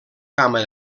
gamma